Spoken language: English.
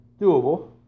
Doable